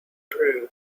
through